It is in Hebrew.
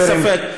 חברים,